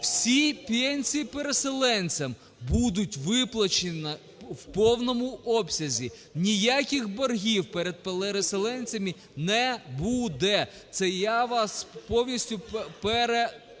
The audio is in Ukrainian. Всі пенсії переселенцям будуть виплачені в повному обсязі. Ніяких боргів перед переселенцями не буде. Це я вас повністю… я хочу вас